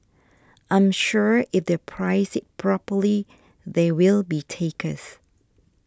I'm sure if they price it properly there will be takers